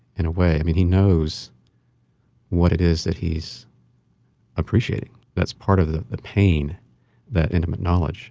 in a way. i mean, he knows what it is that he's appreciating. that's part of the the pain that intimate knowledge